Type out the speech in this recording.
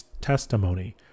testimony